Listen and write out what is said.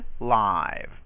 live